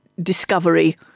discovery